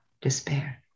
Despair